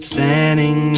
Standing